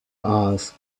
asked